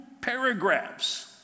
paragraphs